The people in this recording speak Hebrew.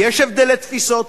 ויש הבדלי תפיסות,